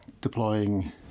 deploying